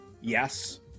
Yes